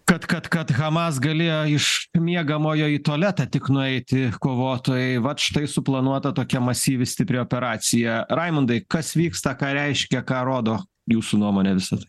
kad kad kad hamas galėjo iš miegamojo į tualetą tik nueiti kovotojai vat štai suplanuota tokia masyvi stipri operacija raimundai kas vyksta ką reiškia ką rodo jūsų nuomone visa tai